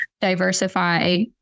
diversify